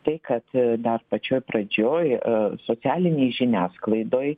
tai kad dar pačioj pradžioj socialinėj žiniasklaidoj